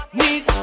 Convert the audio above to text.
need